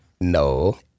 No